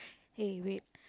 !hey! wait